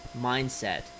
mindset